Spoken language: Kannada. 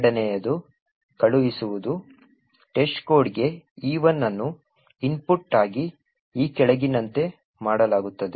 ಎರಡನೆಯದು ಕಳುಹಿಸುವುದು testcode ಗೆ E1 ಅನ್ನು ಇನ್ಪುಟ್ ಆಗಿ ಈ ಕೆಳಗಿನಂತೆ ಮಾಡಲಾಗುತ್ತದೆ